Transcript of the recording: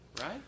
right